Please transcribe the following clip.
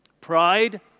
Pride